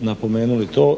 napomenuli to.